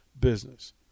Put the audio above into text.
business